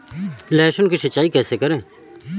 लहसुन की सिंचाई कैसे करें?